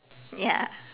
ya